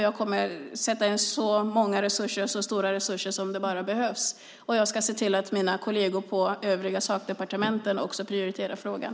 Jag kommer att sätta in så många och så stora resurser som det bara behövs. Jag ska se till att mina kolleger på övriga sakdepartement också prioriterar frågan.